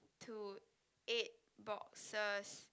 to eight boxes